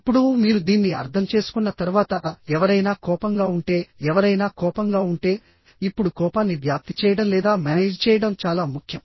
ఇప్పుడు మీరు దీన్ని అర్థం చేసుకున్న తర్వాత ఎవరైనా కోపంగా ఉంటే ఎవరైనా కోపంగా ఉంటే ఇప్పుడు కోపాన్ని వ్యాప్తి చేయడం లేదా మేనేజ్ చేయడం చాలా ముఖ్యం